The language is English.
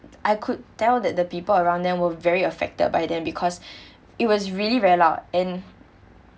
I could tell that the people around them were very affected by them because it was really very loud and